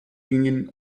gingen